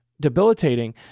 debilitating